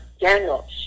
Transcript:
Daniel